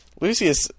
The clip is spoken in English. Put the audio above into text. Lucius